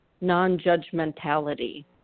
non-judgmentality